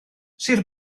sir